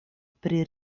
pri